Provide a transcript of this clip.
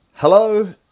Hello